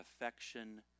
affection